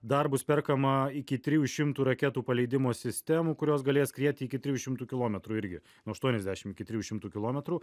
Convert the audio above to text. dar bus perkama iki trijų šimtų raketų paleidimo sistemų kurios galės skrieti iki trijų šimtų kilometrų irgi nuo aštuoniasdešim iki trijų šimtų kilometrų